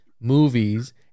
movies